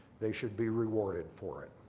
they should be rewarded for it.